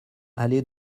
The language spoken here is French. allée